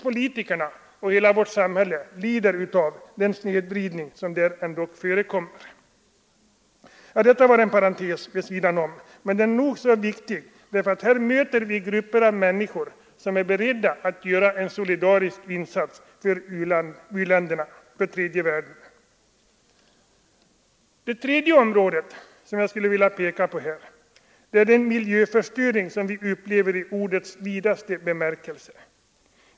Politikerna och hela vårt samhälle lider av den snedvridning som förekommer. Denna parentes är nog så viktig, för här möter vi grupper av människor som är beredda att göra en solidarisk insats för u-länderna, för den tredje världen. Det tredje skälet är den miljöförstöring som vi upplever i ordets vidaste bemärkelse.